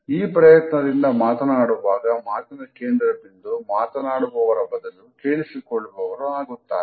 ಈ ಪ್ರಯತ್ನದಿಂದ ಮಾತನಾಡುವಾಗ ಮಾತಿನ ಕೇಂದ್ರಬಿಂದು ಮಾತನಾಡುವವರ ಬದಲು ಕೇಳಿಸಿಕೊಳ್ಳುವವರು ಆಗುತ್ತಾರೆ